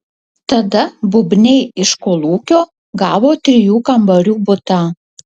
tada bubniai iš kolūkio gavo trijų kambarių butą